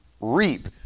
reap